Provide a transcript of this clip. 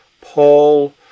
Paul